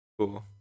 Cool